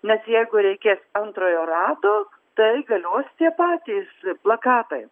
nes jeigu reikės antrojo rato tai galios tie patys plakatai